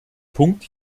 punkt